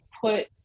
put